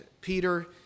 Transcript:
Peter